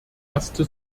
erste